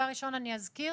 אני אזכיר